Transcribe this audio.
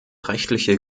rechtliche